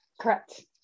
Correct